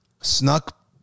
Snuck